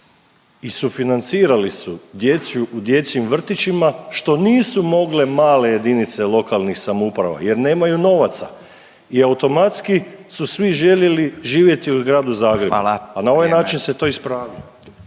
i sufinancirali su u dječjim vrtićima, što nisu mogle male jedinice lokalnih samouprava jer nemaju novaca i automatski su svi željeli živjeti u gradu Zagrebu … .../Upadica: Hvala.